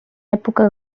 època